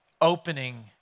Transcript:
opening